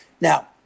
Now